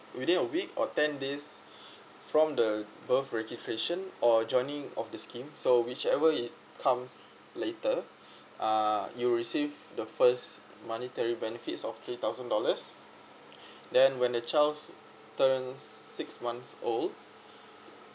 within a week or ten days from the birth registration or joining of the scheme so whichever it comes later uh you'll receive the first monetary benefits of three thousand dollars then when the child's turns six months old